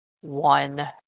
one